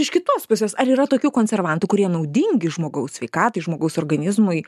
iš kitos pusės ar yra tokių konservantų kurie naudingi žmogaus sveikatai žmogaus organizmui